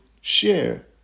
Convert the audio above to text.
share